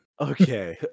Okay